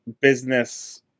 business